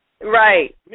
Right